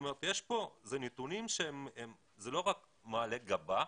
אלה נתונים שזה לא רק מעלה גבה,